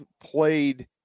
played